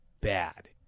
Bad